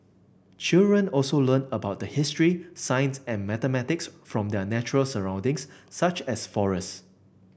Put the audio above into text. children also learn about history science and mathematics from their natural surroundings such as forest